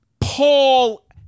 Paul